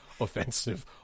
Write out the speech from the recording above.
offensive